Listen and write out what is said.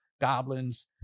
goblins